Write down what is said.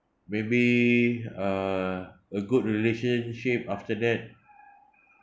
maybe uh a good relationship after that